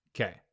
Okay